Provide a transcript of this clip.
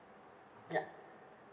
ya